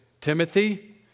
Timothy